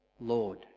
lord